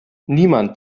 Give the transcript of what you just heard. niemand